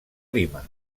lima